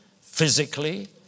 physically